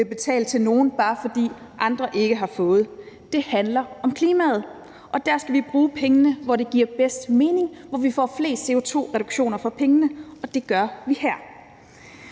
betale til nogen, bare fordi andre ikke har fået. Det handler om klimaet, og der skal vi bruge pengene, hvor det giver bedst mening, og hvor vi får flest CO2-reduktioner for pengene, og det gør vi her.